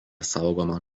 saugoma